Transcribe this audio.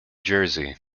jersey